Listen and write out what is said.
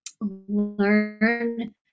learn